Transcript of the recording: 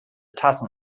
tassen